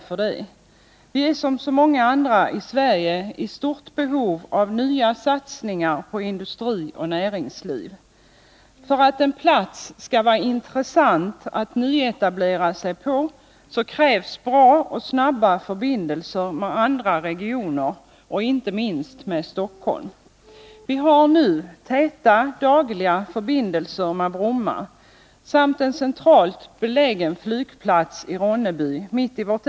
Såväl i Blekinge som i många andra delar av Sverige är man i stort behov av nya satsningar på industri och näringsliv. För att en plats skall vara intressant för nyetablering krävs bra och snabba förbindelser med andra regioner, och då inte minst med Stockholm. Vi har nu täta dagliga förbindelser med Bromma samt en centralt belägen flygplats i Ronneby mitti länet.